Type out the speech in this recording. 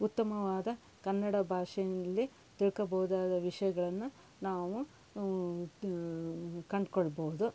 ಉತ್ತಮವಾದ ಕನ್ನಡ ಭಾಷೆಯಲ್ಲಿ ತಿಳ್ಕೋಬೋದಾದ ವಿಷಯಗಳನ್ನ ನಾವು ಕಂಡ್ಕೊಳ್ಬಹುದು